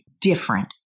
different